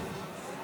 251),